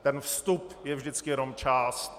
Ten vstup je vždycky jenom část.